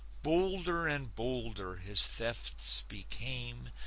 bolder and bolder his thefts became,